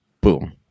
Boom